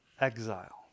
exile